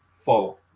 follow